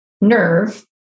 nerve